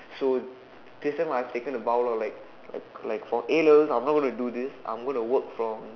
so this time I taken the vowels like like like for A-level I won't gonna do this I gonna work from